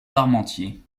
parmentier